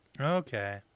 Okay